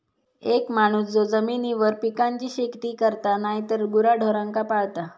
एक माणूस जो जमिनीवर पिकांची शेती करता नायतर गुराढोरांका पाळता